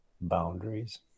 boundaries